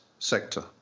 sector